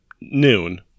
noon